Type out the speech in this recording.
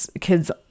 kids